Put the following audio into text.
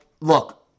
look